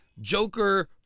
Joker